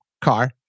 car